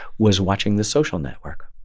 was watching the social network.